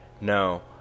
No